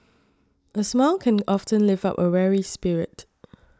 a smile can often lift up a weary spirit